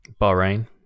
Bahrain